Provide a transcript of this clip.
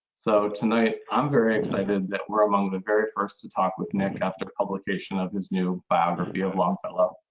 so tonight i'm very excited that we're among the very first to talk with nick after publication of his new biography of longfellow.